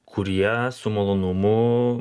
kurie su malonumu